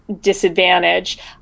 Disadvantage